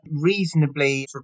reasonably